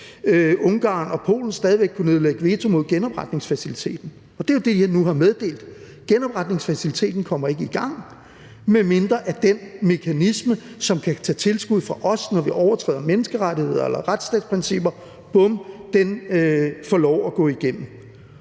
Ungarn og Polen stadig væk kunne nedlægge veto mod genopretningsfaciliteten. Og det er jo det, jeg nu har meddelt: Genopretningsfaciliteten kommer ikke i gang, medmindre den mekanisme, som kan tage tilskud fra os, når vi overtræder menneskerettigheder eller retsstatsprincipper, får lov at gå igennem.